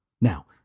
Now